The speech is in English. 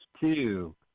two